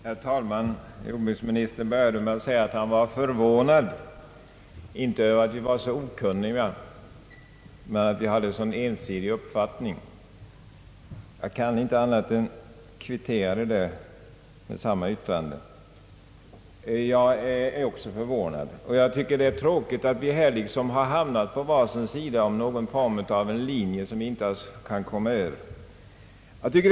Herr talman! Jordbruksministern började med att säga att han var förvånad, inte över att vi var så okunniga men att vi hade en så ensidig uppfattning. Jag kan inte annat än kvittera yttrandet och säga: Jag är också förvånad. Det är tråkigt, tycker jag, att vi har hamnat liksom på var sin sida om en linje som vi inte kan komma över.